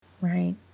Right